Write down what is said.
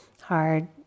hard